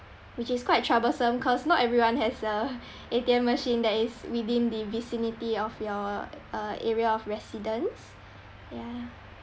which is quite troublesome cause not everyone has a A_T_M machine that is within the vicinity of your uh area of residence ya